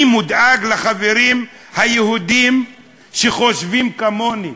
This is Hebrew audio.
אני דואג לחברים היהודים שחושבים כמוני.